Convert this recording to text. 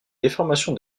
déformation